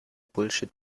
bullshit